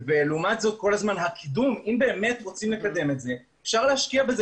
לעומת זאת אם רוצים באמת לקדם את זה אפשר להשקיע בזה